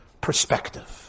perspective